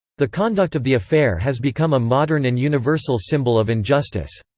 the conduct of the affair has become a modern and universal symbol of injustice.